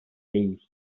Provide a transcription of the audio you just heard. değil